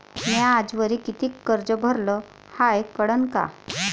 म्या आजवरी कितीक कर्ज भरलं हाय कळन का?